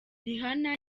rihanna